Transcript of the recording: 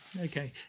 okay